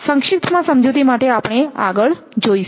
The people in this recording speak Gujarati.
સંક્ષિપ્તમાં સમજૂતી માટે આપણે આગળ જોઈશું